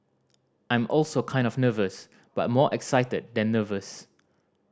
I'm also kind of nervous but more excited than nervous